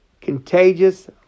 contagious